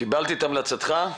קיבלתי את המלצתך.